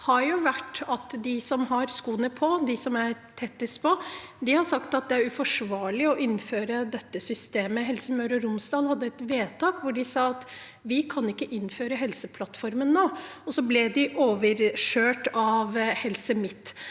de som har skoene på, de som er tettest på, har sagt at det er uforsvarlig å innføre dette systemet. Helse Møre og Romsdal fattet et vedtak hvor de sa at de ikke kunne innføre Helseplattformen nå. De ble overkjørt av Helse